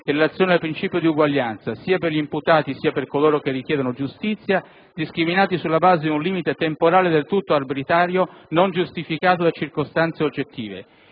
in relazione al principio di uguaglianza, sia per gli imputati sia per coloro che richiedono giustizia, discriminati sulla base di un limite temporale del tutto arbitrario, non giustificato da circostanze oggettive;